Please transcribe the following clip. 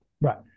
right